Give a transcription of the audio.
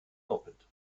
doppelt